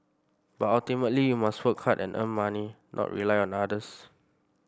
but ultimately you must work hard and earn money not rely on others